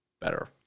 better